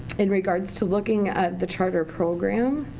in regards to looking at the charter program.